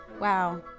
Wow